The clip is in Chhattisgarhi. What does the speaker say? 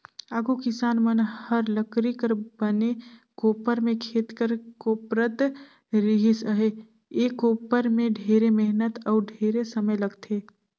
आघु किसान मन हर लकरी कर बने कोपर में खेत ल कोपरत रिहिस अहे, ए कोपर में ढेरे मेहनत अउ ढेरे समे लगथे